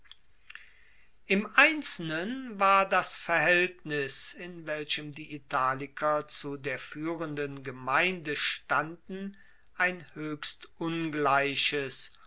im einzelnen war das verhaeltnis in welchem die italiker zu der fuehrenden gemeinde standen ein hoechst ungleiches